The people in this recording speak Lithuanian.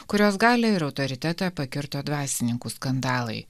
kurios galią ir autoritetą pakirto dvasininkų skandalai